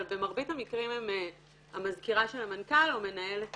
אבל במרבית המקרים הן המזכירה של המנכ"ל או מנהלת